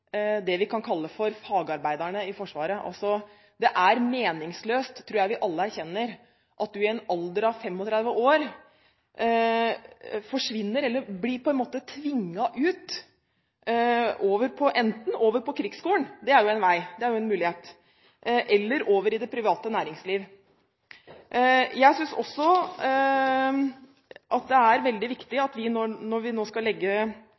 det vi kan kalle fagarbeiderne i Forsvaret. Det er meningsløst – det tror jeg vi alle erkjenner – at man i en alder av 35 år forsvinner eller på en måte blir tvunget ut, enten over på Krigsskolen, det er en vei, en mulighet, eller over i det private næringsliv. Jeg synes også det er veldig viktig når regjeringen nå skal legge